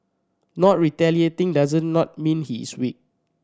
not retaliating does not mean he is weak